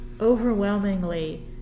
overwhelmingly